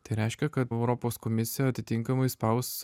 tai reiškia kad europos komisija atitinkamai spaus